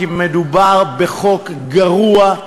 כי מדובר בחוק גרוע,